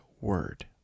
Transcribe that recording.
word